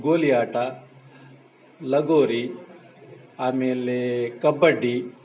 ಗೋಲಿಯಾಟ ಲಗೋರಿ ಆಮೇಲೆ ಕಬಡ್ಡಿ